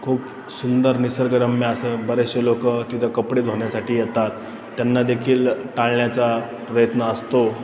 खूप सुंदर निसर्गरम्य असं बरेचसे लोकं तिथं कपडे धुण्यासाठी येतात त्यांना देखील टाळण्याचा प्रयत्न असतो